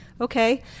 Okay